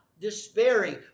despairing